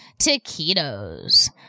Taquitos